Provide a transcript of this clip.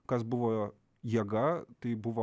kas buvo jėga tai buvo